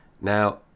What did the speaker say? now